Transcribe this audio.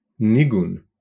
nigun